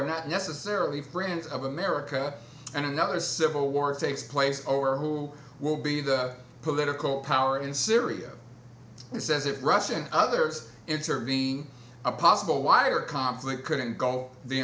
are not necessarily friends of america and another civil war takes place over who will be the political power in syria he says if russian others intervene a possible wire conflict couldn't go